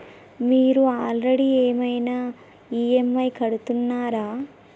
మీరు ఆల్రెడీ ఏమైనా ఈ.ఎమ్.ఐ కడుతున్నారా?